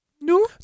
No